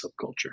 subculture